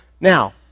Now